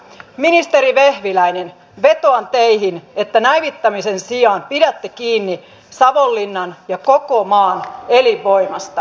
ministeri vehviläinen vetoan teihin että näivettämisen sijaan pidätte kiinni savonlinnan ja koko maan elinvoimasta